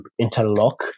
interlock